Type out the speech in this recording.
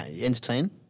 entertain